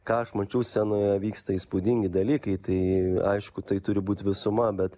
ką aš mačiau scenoje vyksta įspūdingi dalykai tai aišku tai turi būt visuma bet